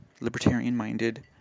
libertarian-minded